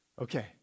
okay